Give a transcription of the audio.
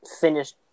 finished